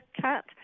cat